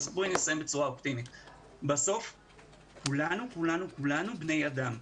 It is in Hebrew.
בסוף כולנו בני אדם,